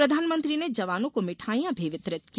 प्रधानमंत्री ने जवानों को भिठाइयां भी वितरित की